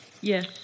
Yes